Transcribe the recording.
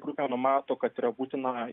grupė numato kad yra būtina